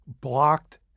blocked